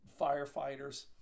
firefighters